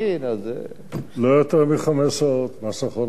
לא יותר מחמש שעות, מה שנכון נכון.